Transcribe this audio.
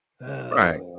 Right